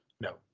No